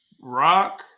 Rock